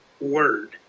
word